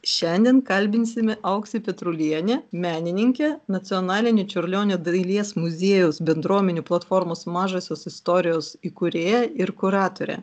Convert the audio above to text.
šiandien kalbinsime auksę petrulienę menininkė nacionalinio čiurlionio dailės muziejaus bendruomenių platformos mažosios istorijos įkūrėja ir kuratorę